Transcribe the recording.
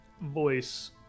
voice